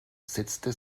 setzte